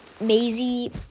Maisie